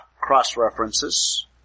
cross-references